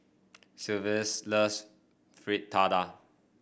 Silvester loves Fritada